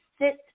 sit